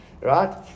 Right